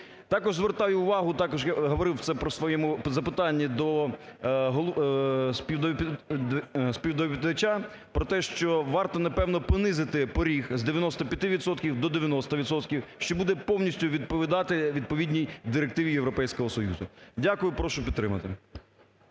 Також звертаю увагу, також я говорив це у своєму запитанні до співдоповідача про те, що варто напевно понизити поріг з 95 відсотків до 90 відсотків, що буде повністю відповідати відповідній директиві Європейського Союзу. Дякую. Прошу підтримати.